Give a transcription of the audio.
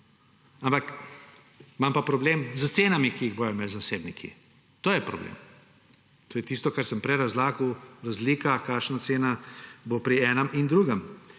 ampak imam problem s cenami, ki jih bodo imeli zasebniki. To je problem. To je tisto, kar sem prej razlagal, razlika, kakšna cena bo pri enem in drugem.